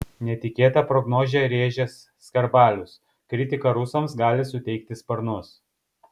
netikėtą prognozę rėžęs skarbalius kritika rusams gali suteikti sparnus